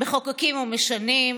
מחוקקים ומשנים,